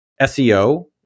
SEO